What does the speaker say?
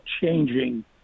changing